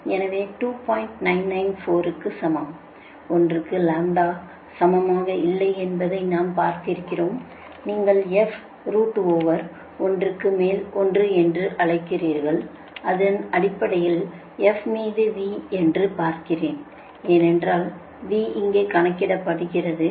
994 க்கு சமம் 1 க்கு லாம்ப்டா சமமாக இல்லை என்பதை நாம் பார்த்திருக்கிறோம் நீங்கள் f ரூட் ஓவர்1 க்கு மேல் 1 என்று அழைக்கிறீர்கள் அது அடிப்படையில் f மீது v என்று பார்க்கிறேன் ஏனென்றால் v இங்கே கணக்கிடப்படுகிறது